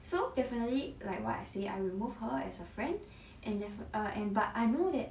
so definitely like what I say I remove her as a friend and therefore and err but I know that